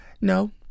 No